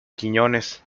quiñones